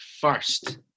first